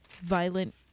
violent